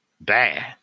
bad